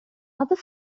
other